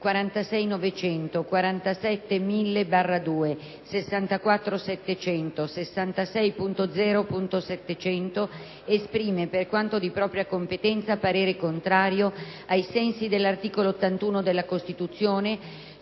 46.900, 47.1000/2, 64.700 e 66.0.700, esprime, per quanto di propria competenza, parere contrario, ai sensi dell'articolo 81 della Costituzione,